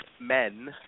men